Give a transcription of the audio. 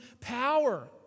power